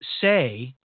say